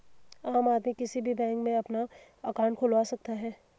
आम आदमी किसी भी बैंक में अपना अंकाउट खुलवा सकता है